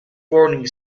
boarding